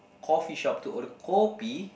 coffee shop to order Kopi